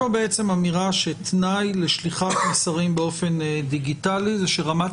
יש פה בעצם אמירה שתנאי לשליחת מסרים באופן דיגיטלי זה שרמת